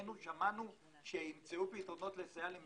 אנחנו